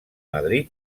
madrid